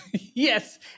Yes